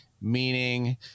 meaning